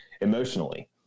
emotionally